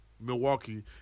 Milwaukee